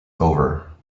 over